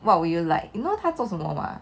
what would you like you know 他做什么 mah